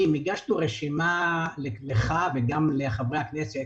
הגשנו רשימה לך ולחברי הכנסת